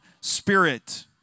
Spirit